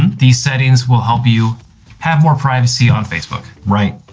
these settings will help you have more privacy on facebook. right.